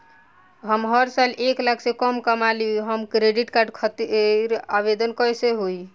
हम हर साल एक लाख से कम कमाली हम क्रेडिट कार्ड खातिर आवेदन कैसे होइ?